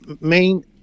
main